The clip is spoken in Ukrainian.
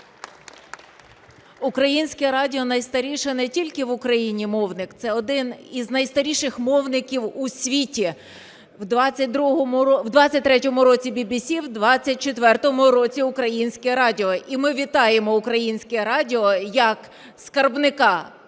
Українське радіо – найстаріший не тільки в Україні мовник, це один із найстаріших мовників у світі: в 23-му році – ВВС, в 24-му році – Українське радіо. І ми вітаємо Українське радіо як скарбника